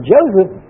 Joseph